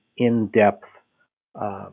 in-depth